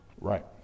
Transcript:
Right